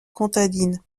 comtadine